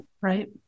Right